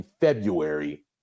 February